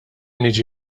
niġi